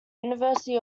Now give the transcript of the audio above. university